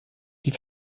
die